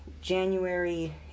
January